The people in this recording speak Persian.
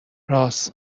رآس